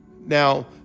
Now